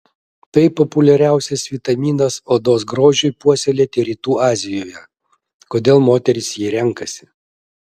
tai populiariausias vitaminas odos grožiui puoselėti rytų azijoje kodėl moterys jį renkasi